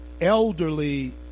elderly